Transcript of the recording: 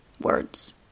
words